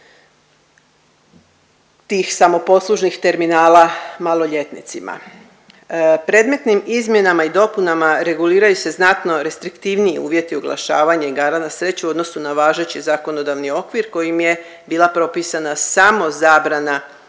tih samoposlužnih terminala maloljetnicima. Predmetnim izmjenama i dopunama reguliraju se znatno restriktivniji uvjeti oglašavanja igara na sreću odnosno na važeći zakonodavni okvir kojim je bila propisana samo zabrana